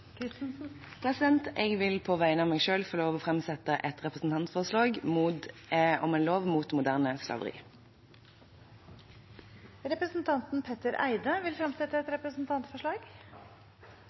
Christensen vil fremsette et representantforslag. Jeg vil på vegne av meg selv få lov til å framsette et representantforslag om lov mot moderne slaveri. Representanten Petter Eide vil fremsette et representantforslag. Jeg vil få lov